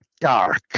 dark